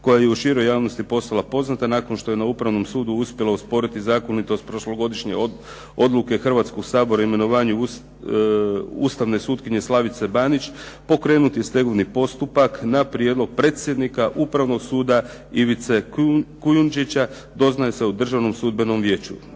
koja je u široj javnosti postala poznata nakon što je na Upravnom sudu uspjela osporiti zakonitost prošlogodišnje odluke Hrvatskog sabora o imenovanju ustavne sutkinje Slavice Banić, pokrenuti stegovni postupak na prijedlog predsjednika Upravnog suda Ivice Kujundžića, doznaje se u Državnom sudbenom vijeću,